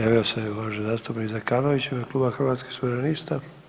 Javio se uvaženi zastupnik Zekanović u ime Kluba Hrvatskih suverenista.